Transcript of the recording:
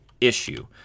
issue